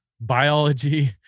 biology